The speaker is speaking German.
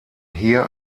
hier